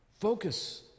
Focus